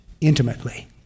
intimately